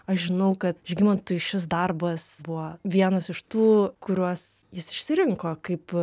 aš žinau kad žygimantui šis darbas buvo vienas iš tų kuriuos jis išsirinko kaip